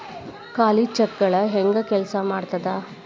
ಖಾಲಿ ಚೆಕ್ಗಳ ಹೆಂಗ ಕೆಲ್ಸಾ ಮಾಡತದ?